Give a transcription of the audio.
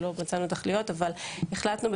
אבל החלטנו,